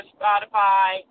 Spotify